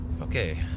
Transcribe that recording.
okay